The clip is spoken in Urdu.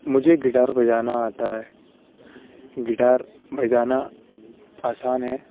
مجھے گٹار بجانا آتا ہے گٹار بجانا آسان ہے